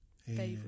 Favorite